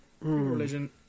Religion